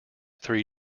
three